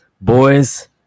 boys